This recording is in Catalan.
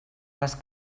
les